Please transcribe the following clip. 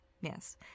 yes